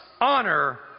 Honor